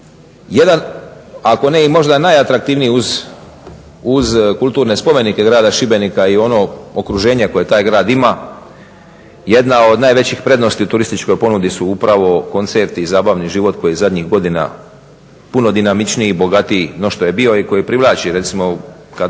jedan ako ne i možda najatraktivniji uz kulturne spomenike Grada Šibenika i ono okruženje koje taj grad ima, jedna od najvećih prednosti u turističkoj ponudi su upravo koncerti i zabavni život koji zadnjih godina puno dinamičniji i bogati no što je bio i koji privlači, recimo kad